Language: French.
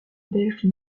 belge